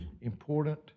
important